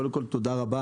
קודם כול, תודה רבה